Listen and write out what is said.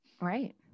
Right